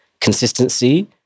consistency